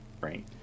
Right